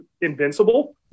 invincible